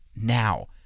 now